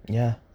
ya